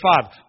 five